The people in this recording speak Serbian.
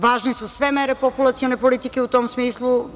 Važne su sve mere populacione politike u tom smislu.